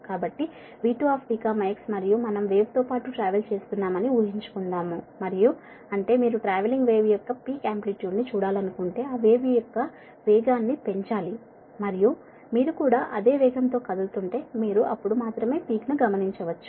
కాబట్టి అది V2t x మరియు మనం వేవ్ తో పాటు ట్రావెల్ చేస్తున్నామని ఉహించుకుందాము మరియు అంటే మీరు ట్రావెలింగ్ వేవ్ యొక్క పీక్ ఆంప్లిట్యూడ్ ని చూడాలనుకుంటే ఆ వేవ్ యొక్క వేగాన్ని పెంచాలి మరియు మీరు కూడా అదే వేగం తో కదులుతుంటే మీరు అప్పుడు మాత్రమే పీక్ ను గమనించవచ్చు